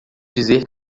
dizer